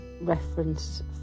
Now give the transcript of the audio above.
reference